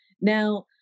now